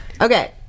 Okay